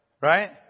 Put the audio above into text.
Right